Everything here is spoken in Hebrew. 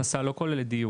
הבטחת הכנסה לא כוללת דיור.